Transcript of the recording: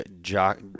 Jock